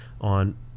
on